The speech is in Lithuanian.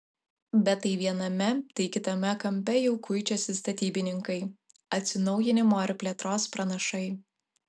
bet tai viename tai kitame kampe jau kuičiasi statybininkai atsinaujinimo ir plėtros pranašai